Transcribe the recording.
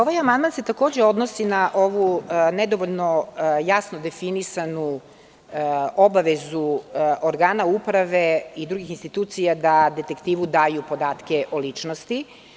Ovaj amandman se takođe odnosi na ovu nedovoljno jasno definisanu obavezu organa uprave i drugih institucija da detektivu daju podatke o ličnosti.